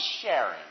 sharing